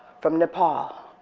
from nepal,